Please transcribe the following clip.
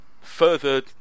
further